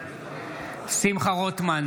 שמחה רוטמן,